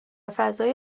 فضای